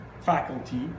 faculty